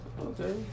Okay